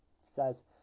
says